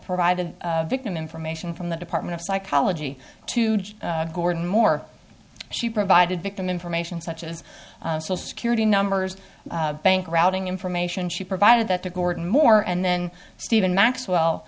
provided victim information from the department of psychology to judge gordon moore she provided victim information such as social security numbers bank routing information she provided that to gordon moore and then stephen maxwell